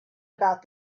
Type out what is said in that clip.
about